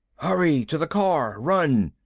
hurry! to the car! run!